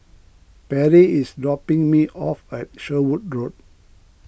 Perri is dropping me off at Sherwood Road